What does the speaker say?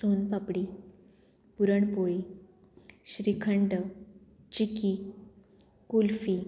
soan papdi puranpoli shrikhand chikki kulfi